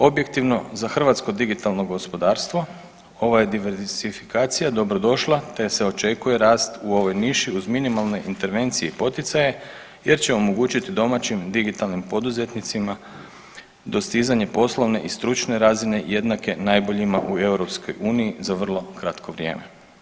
Objektivno za hrvatsko digitalno gospodarstvo ova je diverzifikacija dobro došla, te se očekuje rast u ovoj niši uz minimalne intervencije i poticaje, jer će omogućiti domaćim digitalnim poduzetnicima dostizanje poslovne i stručne razine jednake najboljima u EU za vrlo kratko vrijeme.